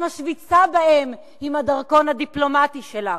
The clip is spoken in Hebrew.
משוויצה בהן עם הדרכון הדיפלומטי שלך.